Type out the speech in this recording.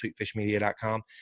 sweetfishmedia.com